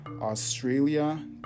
australia